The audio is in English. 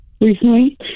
recently